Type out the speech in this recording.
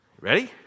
Ready